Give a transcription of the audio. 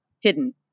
hidden